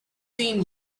seen